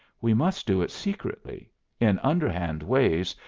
we must do it secretly in underhand ways,